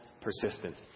persistence